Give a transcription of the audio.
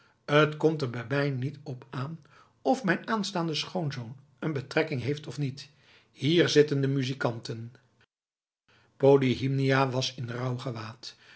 t komt er bij mij niet op aan of mijn aanstaande schoonzoon een betrekking heeft of niet hier zitten de muzikanten polyhymnia was in